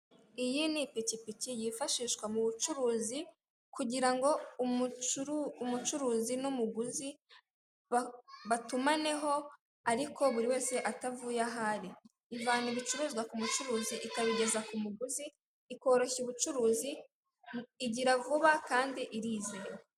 Iyi ni ipikipiki yifashishwa mu bucuruzi, kugirango umucuruzi n'umuguzi batumaneho ariko buri wese atavuye aho ari. Ivana ibicuruzwa ku mucuruzi ikabigeza ku muguzi ikoroshya ubucuruzi, igira vuba kandi irizewe.